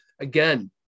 Again